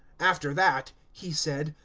after that, he said,